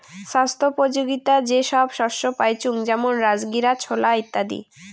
ছাস্থ্যোপযোগীতা যে সব শস্য পাইচুঙ যেমন রাজগীরা, ছোলা ইত্যাদি